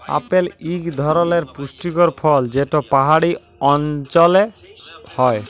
apple ইক ধরলের পুষ্টিকর ফল যেট পাহাড়ি অল্চলে হ্যয়